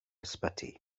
ysbyty